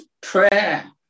prayer